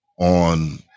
on